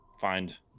find